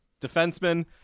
defenseman